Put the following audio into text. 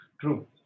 True